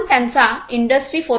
आपण त्यांचा इंडस्ट्री 4